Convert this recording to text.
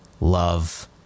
love